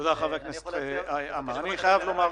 תודה חבר הכנסת עמאר.